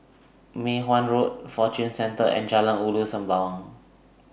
Mei Hwan Road Fortune Centre and Jalan Ulu Sembawang